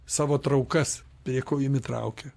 savo traukas prie ko jum įtraukia